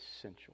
essential